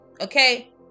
okay